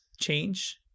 change